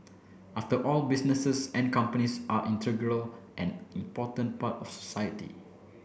after all businesses and companies are integral and important part of society